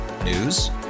News